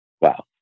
Wow